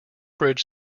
bridge